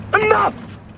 enough